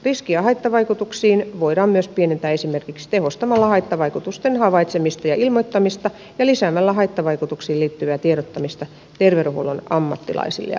riskiä haittavaikutuksiin voidaan myös pienentää esimerkiksi tehostamalla haittavaikutusten havaitsemista ja ilmoittamista ja lisäämällä haittavaikutuksiin liittyvää tiedottamista terveydenhuollon ammattilaisille ja potilaille